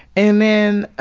and then, um,